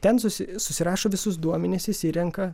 ten susi susirašo visus duomenis išsirenka